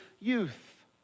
youth